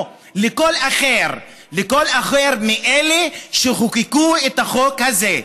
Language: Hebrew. לא, לכל אחר, לכל אחר מאלה שחוקקו את החוק הזה.